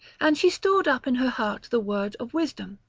and she stored up in her heart the word of wisdom,